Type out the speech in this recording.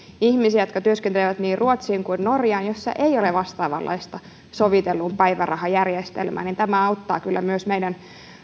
ihmisiä jotka työskentelevät niin ruotsiin kuin norjaan joissa ei ole vastaavanlaista sovitellun päivärahan järjestelmää niin tämä auttaa kyllä myös meidän